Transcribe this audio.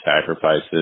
sacrifices